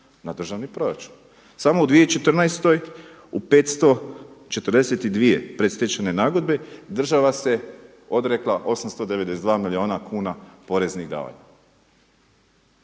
na državni proračun. Samo u 2014. u 542 predstečajne nagodbe država se odrekla 892 milijuna kuna poreznih davanja.